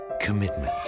commitment